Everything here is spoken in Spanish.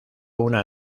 una